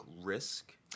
risk